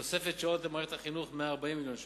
תוספת שעות למערכת החינוך, 140 מיליון ש"ח,